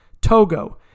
Togo